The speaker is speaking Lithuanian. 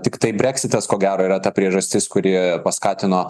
tiktai breksitas ko gero yra ta priežastis kuri paskatino